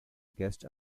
guest